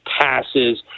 passes